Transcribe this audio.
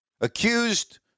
accused